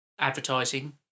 advertising